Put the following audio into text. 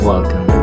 Welcome